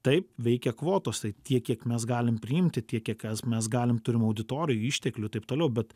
taip veikia kvotos tai tiek kiek mes galim priimti tiek kiek mes galim turim auditorijų išteklių taip toliau bet